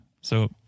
So-